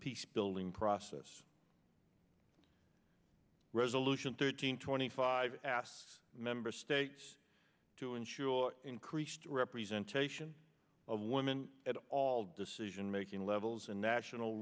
peace building process resolution thirteen twenty five asks member states to ensure increased representation of women at all decision making levels and national